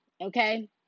okay